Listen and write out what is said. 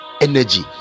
energy